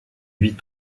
huit